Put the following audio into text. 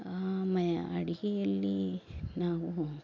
ಅಡಿಗೆಯಲ್ಲಿ ನಾವು